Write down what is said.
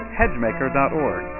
hedgemaker.org